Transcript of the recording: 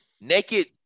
naked